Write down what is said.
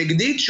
הנגדית,